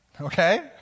Okay